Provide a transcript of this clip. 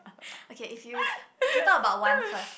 okay if you okay talk about one first